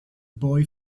boy